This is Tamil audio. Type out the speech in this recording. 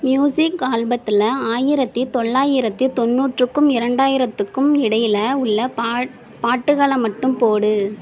மியூசிக் ஆல்பத்தில் ஆயிரத்து தொள்ளாயிரத்து தொண்ணூற்றுக்கும் இரண்டாயிரத்துக்கும் இடையில் உள்ள பா பாட்டுகளை மட்டும் போடு